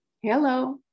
hello